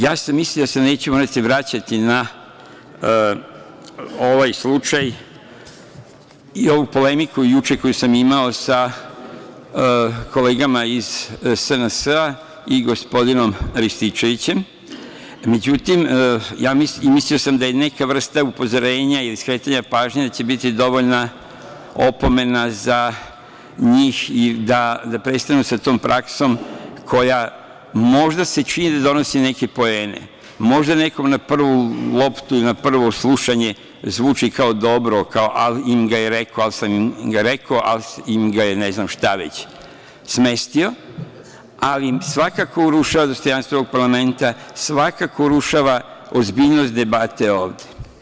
Ja sam mislio da se neću morati vraćati na ovaj slučaj i ovu polemiku juče koju sam imao sa kolegama iz SNS-a i gospodinom Rističevićem, mislio sam da je neka vrsta upozorenja ili skretanja pažnje, da će biti dovoljna opomena za njih da prestanu sa tom praksom koja možda se čini da donosi neke poene, možda nekom na prvu loptu i na prvo slušanje zvuči kao dobro, kao - ala im ga je rekao, al sam im ga reko, al sam im ga, ne znam šta već, smestio, ali svakako urušava dostojanstvo ovog parlamenta, svakako urušava ozbiljnost debate ovde.